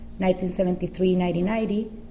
1973-1990